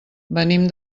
venim